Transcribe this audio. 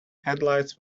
headlights